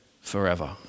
forever